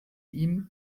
ihm